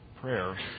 prayer